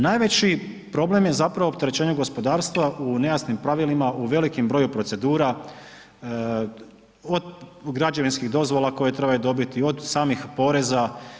Najveći problem je zapravo opterećenje gospodarstva u nejasnim pravilima u velikom broju procedura od građevinskih dozvola koje trebaju dobiti od samih poreza.